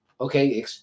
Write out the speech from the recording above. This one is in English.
okay